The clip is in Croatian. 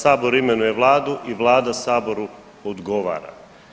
Sabor imenuje Vladu i Vlada Saboru odgovara.